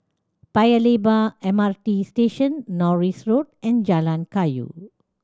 Paya Lebar M R T Station Norris Road and Jalan Kayu